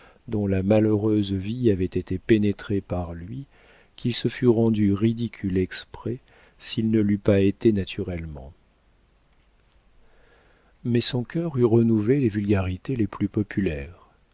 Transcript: dont la malheureuse vie avait été pénétrée par lui qu'il se fût rendu ridicule exprès s'il ne l'eût pas été naturellement mais son cœur eût renouvelé les vulgarités les plus populaires